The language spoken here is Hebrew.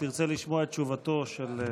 שתרצה לשמוע את תשובתו של,